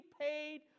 paid